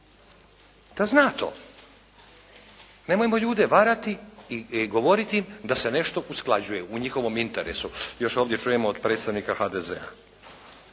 da zna to. Nemojmo ljude varati i govoriti im da se nešto usklađuje u njihovom interesu. Još ovdje čujemo od predstavnika HDZ-a.